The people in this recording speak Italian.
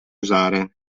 usare